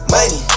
Money